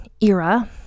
era